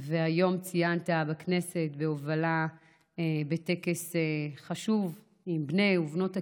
והיום ציינת אותו בכנסת בהובלת טקס חשוב עם בני ובנות הקהילה,